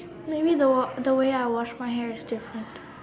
maybe the the way I wash my hair is different